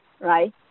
right